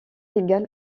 égal